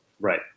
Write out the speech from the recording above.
Right